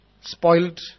Spoiled